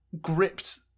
gripped